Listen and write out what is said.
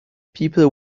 people